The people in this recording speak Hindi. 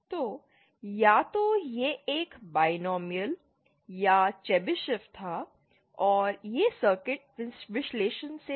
तो या तो यह एक बायनॉमिनल या चेबीशेव था और यह सर्किट विश्लेषण से था